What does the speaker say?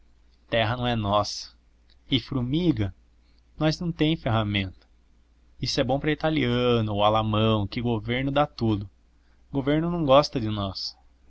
terra não é nossa e frumiga nós não tem ferramenta isso é bom para italiano ou alamão que o governo dá tudo governo não gosta de nós